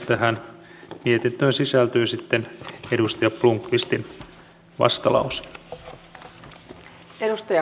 tähän mietintöön sisältyy sitten edustaja blomqvistin vastalause